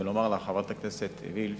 ולומר לך, חברת הכנסת וילף,